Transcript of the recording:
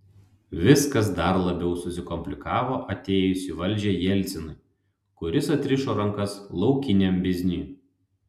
viskas dar labiau susikomplikavo atėjus į valdžią jelcinui kuris atrišo rankas laukiniam bizniui